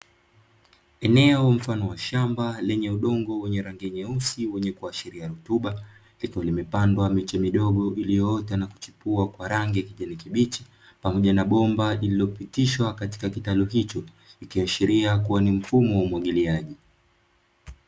Eneo mfano wa shamba lenye udongo wenye rangi nyeusi wenye kuashiria rutuba likiwa limepandwa miche midogo iliyoota na kuchipua kwa rangi ya kijani kibichi, pamoja na bomba lililopitishwa katika kitalu hicho ikiashiria kuwa ni mfumo wa umwagiliaji.